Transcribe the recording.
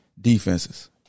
Defenses